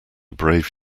brave